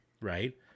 right